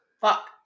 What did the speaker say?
Fuck